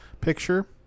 picture